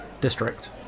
District